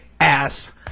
ass